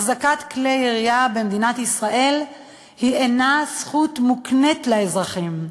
החזקת כלי ירייה במדינת ישראל אינה זכות המוקנית לאזרחים,